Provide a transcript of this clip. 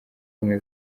ubumwe